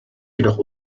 jedoch